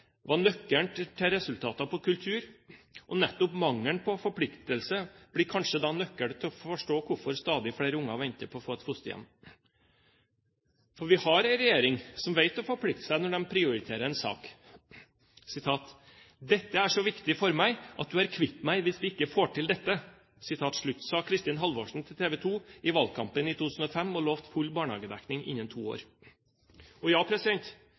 var nøkkelen til resultater på kulturområdet, og nettopp mangelen på forpliktelse blir kanskje da nøkkelen til å forstå hvorfor stadig flere unger venter på å få et fosterhjem. Vi har en regjering som vet å forplikte seg når de prioriterer en sak: «For meg er det så viktig at du er kvitt meg hvis vi ikke får til dette», sa Kristin Halvorsen til TV 2 i valgkampen 2005 og lovte full barnehagedekning innen to år. Ja, kanskje hadde det vært det beste for land og